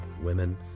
women